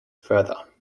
further